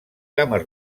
cames